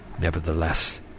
Nevertheless